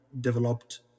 developed